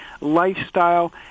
lifestyle